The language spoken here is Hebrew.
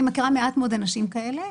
אני מכירה מעט מאוד אנשים כאלה,